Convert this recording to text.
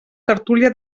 tertúlia